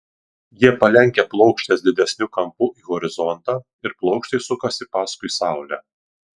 jie palenkia plokštes didesniu kampu į horizontą ir plokštės sukasi paskui saulę